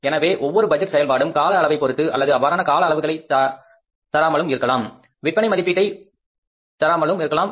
எனவே ஒவ்வொரு பட்ஜெட் செயல்பாடும் கால அளவைப் பொருத்தது அல்லது அவ்வாறான கால அளவுகளை தராமலும் இருக்கலாம்